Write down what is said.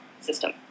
system